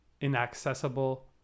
inaccessible